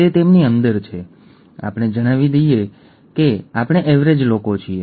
ચાલો આપણે કેટલાક ડેટાથી શરૂઆત કરીએ